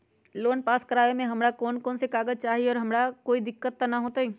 Loan pass करवावे में हमरा कौन कौन कागजात चाही और हमरा कोई दिक्कत त ना होतई?